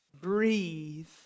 breathe